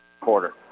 quarter